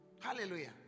hallelujah